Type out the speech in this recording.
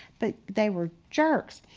but they were jerks.